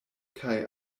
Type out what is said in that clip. kaj